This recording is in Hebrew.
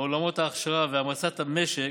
בעולמות ההכשרה והמרצת המשק